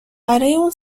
اون